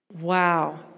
Wow